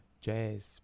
jazz